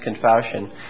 Confession